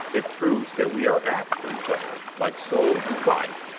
it proves that we are apt for each other, like soul and body.